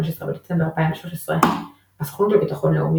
15 בדצמבר 2013 הסוכנות לביטחון לאומי,